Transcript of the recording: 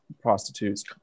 prostitutes